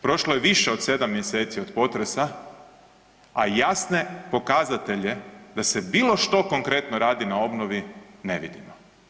Prošlo je više od 7. mjeseci od potresa, a jasne pokazatelje da se bilo što konkretno radi na obnovi ne vidimo.